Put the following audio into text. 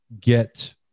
get